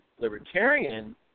Libertarian